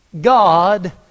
God